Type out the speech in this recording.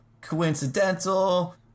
coincidental